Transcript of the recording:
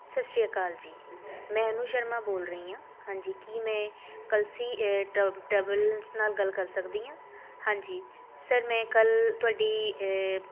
ਸਤਿ ਸ਼੍ਰੀ ਅਕਾਲ ਜੀ ਮੈਂ ਅਨੂ ਸ਼ਰਮਾ ਬੋਲ ਰਹੀ ਹਾਂ ਹਾਂਜੀ ਕੀ ਮੈਂ ਕਲਸੀ ਟਰ ਟਰਾਵਲਸ ਨਾਲ ਗੱਲ ਕਰ ਸਕਦੀ ਹਾਂ ਹਾਂਜੀ ਸਰ ਮੈਂ ਕੱਲ੍ਹ ਤੁਹਾਡੀ